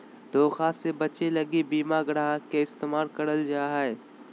धोखा से बचे लगी बीमा ग्राहक के इस्तेमाल करल जा हय